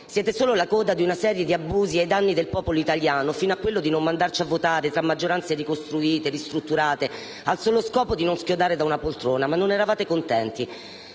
siete la coda di decenni di abusi di potere ai danni del popolo italiano, fino a quello di non mandarci a votare, tra maggioranze ricostruite e ristrutturate, al solo scopo di non schiodare da una poltrona. Ma non eravate contenti.